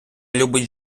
любить